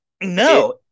No